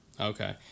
Okay